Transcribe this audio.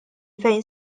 fejn